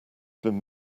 been